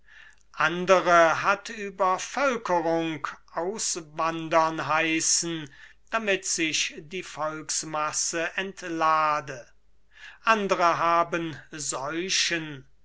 andere hat uebervölkerung auswandern heißen damit sich die volksmasse entlade andere haben seuchen